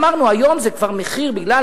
אמרנו, היום זה כבר מחיר, בגלל